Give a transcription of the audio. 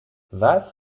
was